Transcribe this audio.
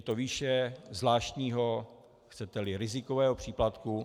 Je to výše zvláštního, chceteli rizikového příplatku.